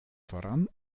voran